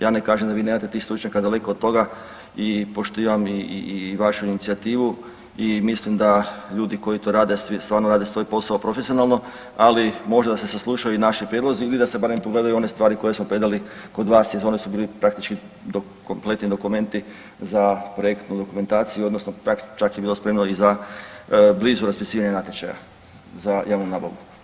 Ja ne kažem da vi nemate tih stručnjaka daleko od toga i poštivam i vašu inicijativu i mislim da ljudi koji to rade stvarno rade svoj posao profesionalno, ali možda da se saslušaju i naši prijedlozi ili da se barem pogledaju one stvari koje smo predali kod vas jer one su bili praktički kompletni dokumenti za projektnu dokumentaciju odnosno čak je bilo spremno i za blizu raspisivanje natječaja za javnu nabavu.